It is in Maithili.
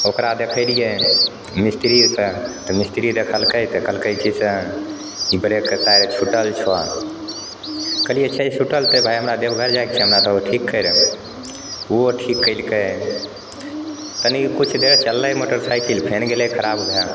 ओकरा देखेलिए मिस्त्रीके तऽ मिस्त्री देखलकै तऽ कहलकै कि से ब्रेकके तार छुटल छऽ कहलिए छै छुटल तऽ भाइ हमरा देवघर जाइके छै हमरा तोँ ठीक करि दै ओहो ठीक केलकै तनि किछु देर चललै मोटरसाइकिल फेए गेलै खराब भै